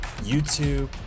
YouTube